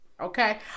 Okay